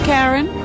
Karen